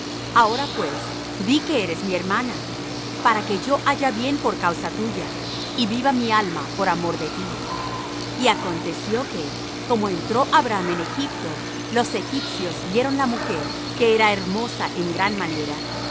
ahora pues di que eres mi hermana para que yo haya bien por causa tuya y viva mi alma por amor de ti y aconteció que como entró abram en egipto los egipcios vieron la mujer que era hermosa en gran manera